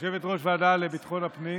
יושבת-ראש ועדת ביטחון הפנים,